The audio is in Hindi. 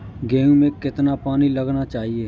गेहूँ में कितना पानी लगाना चाहिए?